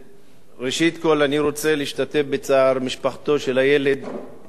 ראשית כול אני רוצה להשתתף בצער משפחתו של הילד מכפר-קאסם,